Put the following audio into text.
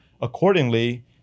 accordingly